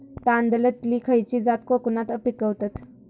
तांदलतली खयची जात कोकणात पिकवतत?